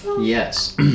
Yes